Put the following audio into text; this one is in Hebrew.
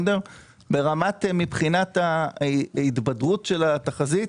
מבחינת ההתבדרות של התחזית,